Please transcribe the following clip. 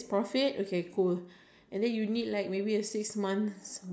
so is like you know doesn't mean that you do business you gonna like